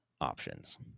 options